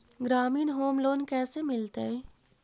ग्रामीण home loan कैसे मिलतै?